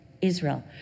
Israel